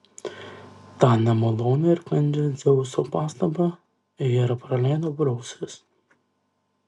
tą nemalonią ir kandžią dzeuso pastabą hera praleido pro ausis